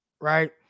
Right